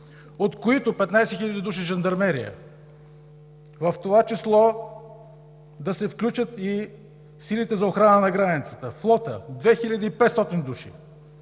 от които 15 хиляди души жандармерия, в това число да се включат и силите за охрана на границата; флота – 2500 души;